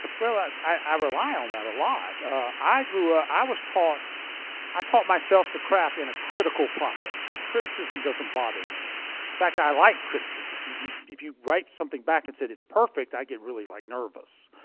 well, ah i rely on that a lot. i grew up ah i was taught i taught myself the craft in a critical process, so criticism doesn't bother me. in fact, i like criticism. if you if you write something back and say it's perfect, i get really like nervous.